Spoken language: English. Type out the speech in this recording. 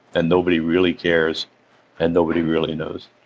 and nobody really cares and nobody really knows.